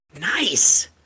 Nice